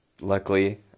Luckily